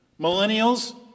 Millennials